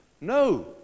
No